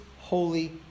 holy